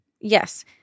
Yes